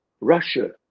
russia